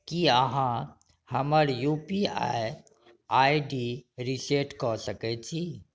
कि अहाँ हमर U P I I D reset कऽ सकै छी